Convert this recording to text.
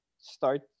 start